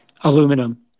aluminum